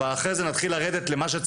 אבל אחרי זה נתחיל לרדת למה שאנחנו